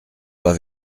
pas